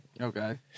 Okay